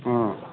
ಹ್ಞೂ